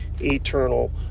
eternal